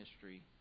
history